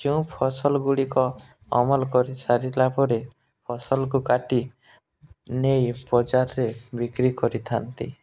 ଯେଉଁ ଫସଲଗୁଡ଼ିକ ଅମଲ କରି ସାରିଲା ପରେ ଫସଲକୁ କାଟି ନେଇ ବଜାରରେ ବିକ୍ରି କରିଥାନ୍ତି